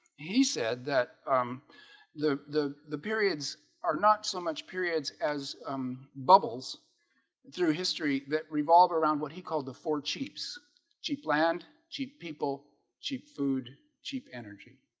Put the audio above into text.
he said that um the the the periods are not so much periods as bubbles through history that revolve around what he called the four chiefs she planned chief people chief food chief energy.